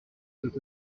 saute